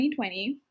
2020